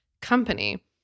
company